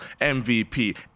MVP